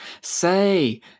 Say